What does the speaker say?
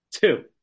two